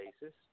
basis